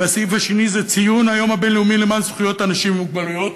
והסעיף השני זה ציון היום הבין-לאומי למען זכויות אנשים עם מוגבלויות,